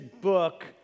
book